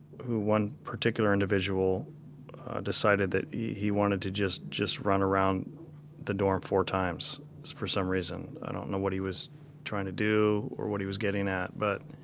who, one particular individual decided that he wanted to just, just run around the dorm four times for some reason. i don't know what he was trying to do or what he was getting at, but,